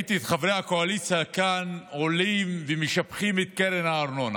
ראיתי את חברי הקואליציה כאן עולים ומשבחים את קרן הארנונה.